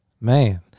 man